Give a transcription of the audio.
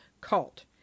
cult